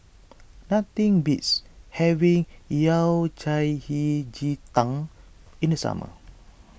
nothing beats having Yao Cai Hei Ji Tang in the summer